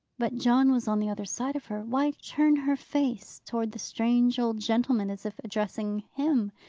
but john was on the other side of her. why turn her face towards the strange old gentleman, as if addressing him.